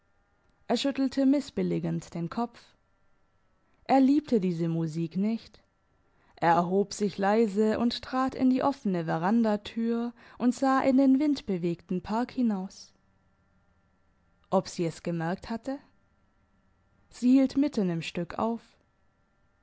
er schüttelte missbilligend den kopf er liebte diese musik nicht er erhob sich leise und trat in die offene verandatür und sah in den windbewegten park hinaus ob sie es gemerkt hatte sie hielt mitten im stück auf